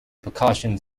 percussion